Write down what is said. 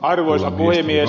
arvoisa puhemies